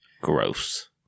gross